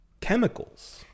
Chemicals